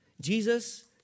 Jesus